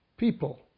People